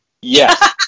Yes